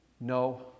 No